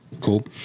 Cool